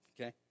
Okay